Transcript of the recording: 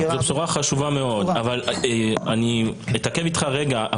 זו בשורה חשובה מאוד אבל אני אתעכב איתך רגע.